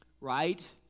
right